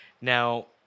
Now